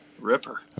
Ripper